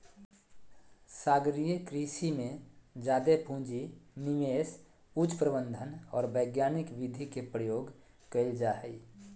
सागरीय कृषि में जादे पूँजी, निवेश, उच्च प्रबंधन और वैज्ञानिक विधि के प्रयोग कइल जा हइ